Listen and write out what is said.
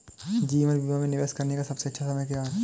जीवन बीमा में निवेश करने का सबसे अच्छा समय क्या है?